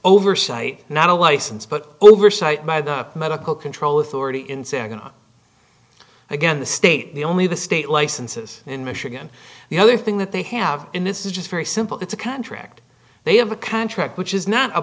oversight not a license but oversight by the medical control authority in santa again the state the only the state licenses in michigan the other thing that they have in this is just very simple it's a contract they have a contract which is not a